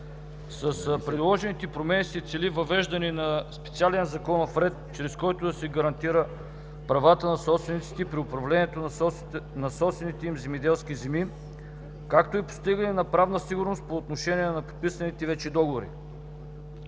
земеделски земи се цели въвеждане на специален законов ред, чрез който да се гарантират правата на собствениците при управлението на собствените им земеделски земи, както и постигането на правна сигурност по отношение на подписаните вече договори.